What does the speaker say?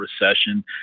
recession